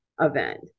event